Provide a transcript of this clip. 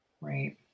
Right